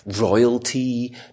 royalty